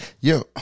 Yo